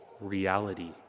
reality